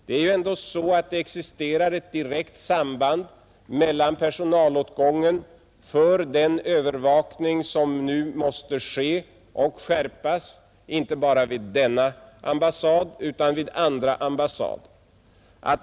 Det är ju ändå så att denna fråga har ett direkt samband med personalåtgången för den övervakning som nu måste ske och skärpas, inte bara vid den jugoslaviska ambassaden utan även vid andra ambassader.